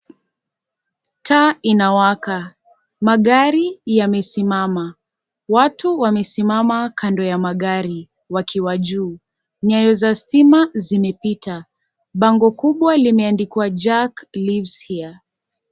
Taa inawaka. Magari yamesimama. Watu wamesimama kando ya magari wakiwa juu. Nyaya za stima zimepita. Bango kubwa limeandikwa Jack lives here .